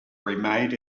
remade